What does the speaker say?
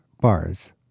bars